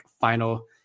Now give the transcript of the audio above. final